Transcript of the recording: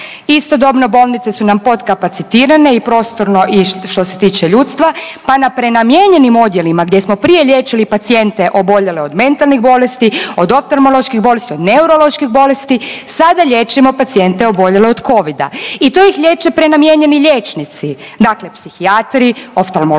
Istodobno bolnice su nam podkapacitirane i prostorno i što se tiče ljudstva, pa na prenamijenjenim odjelima gdje smo prije liječili pacijente oboljele od mentalnih bolesti, od oftamoloških bolesti, od neuroloških bolesti sada liječimo pacijente oboljele od covida i to ih liječe prenamijenjeni liječnici dakle psihijatri, oftamolozi,